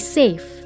safe